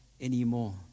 anymore